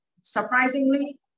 Surprisingly